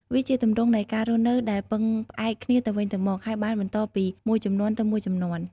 វាជាទម្រង់នៃការរស់នៅដែលពឹងផ្អែកគ្នាទៅវិញទៅមក ហើយបានបន្តពីមួយជំនាន់ទៅមួយជំនាន់។